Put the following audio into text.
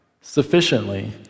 sufficiently